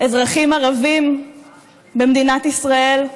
אזרחים ערבים במדינת ישראל,